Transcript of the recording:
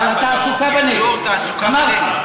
לטובת ייצור תעסוקה בנגב.